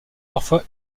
parfois